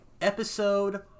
episode